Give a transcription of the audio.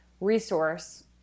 resource